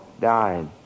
died